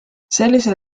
sellisel